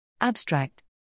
Abstract